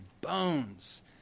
bones